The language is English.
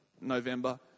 November